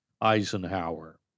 Eisenhower